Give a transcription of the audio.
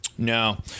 No